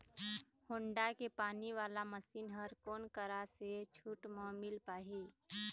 Honda के पानी वाला मशीन हर कोन करा से छूट म मिल पाही?